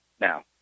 now